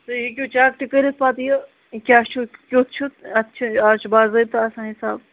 تُہۍ ہیٚکِو چیک تہِ کٔرِتھ پَتہٕ یہِ کیٛاہ چھُ کیُتھ چھُ اتھ چھُ اَز چھُ باضٲبطہٕ آسان حِساب